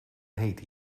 heet